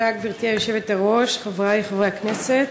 גברתי היושבת-ראש, תודה, חברי חברי הכנסת,